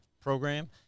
program